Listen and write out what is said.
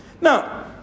Now